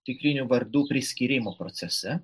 tikrinių vardų priskyrimo procese